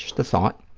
just a thought.